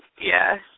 Yes